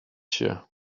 się